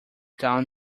down